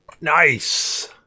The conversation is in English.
Nice